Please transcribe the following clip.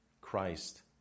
Christ